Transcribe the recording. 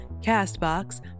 CastBox